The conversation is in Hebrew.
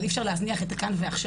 אבל אי אפשר להזניח את ה"כאן ועכשיו".